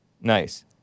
Nice